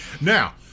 Now